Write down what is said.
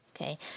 Okay